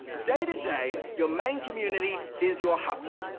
day to day, your main community is your hapu,